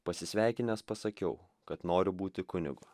pasisveikinęs pasakiau kad noriu būti kunigu